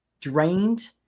drained